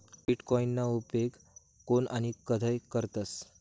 बीटकॉईनना उपेग कोन आणि कधय करतस